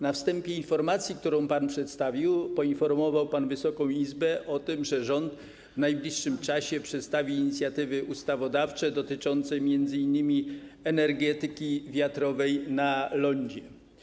Na wstępie informacji, którą pan przedstawił, poinformował pan Wysoką Izbę o tym, że rząd w najbliższym czasie przedstawi inicjatywy ustawodawcze dotyczące m.in. energetyki wiatrowej na lądzie.